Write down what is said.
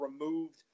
removed